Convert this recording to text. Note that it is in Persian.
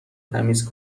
تمیز